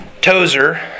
Tozer